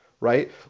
right